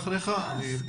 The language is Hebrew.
באחד בספטמבר,